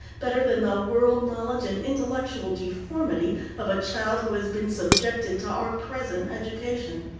better than the world-knowledge and intellectual deformity of a child who has been subjected to our present education.